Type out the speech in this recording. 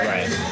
Right